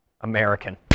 American